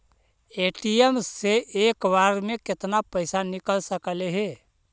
ATM से एक बार मे केतना पैसा निकल सकले हे?